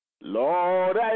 Lord